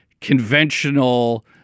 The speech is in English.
conventional